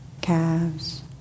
calves